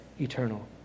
eternal